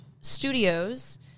studios